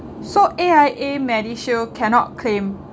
so A_I_A MediShield cannot claim